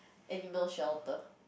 animal shelter